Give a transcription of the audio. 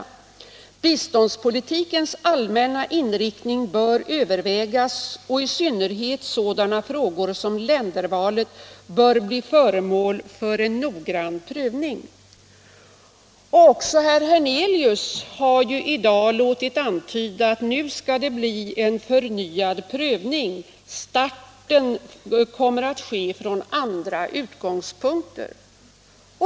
Biståndspolitikens allmänna inriktning bör bli föremål för en noggrann prövning.” Också herr Hernelius har i dag låtit antyda att det nu skall bli en förnyad prövning, att starten kommer att ske från andra utgångspunkter.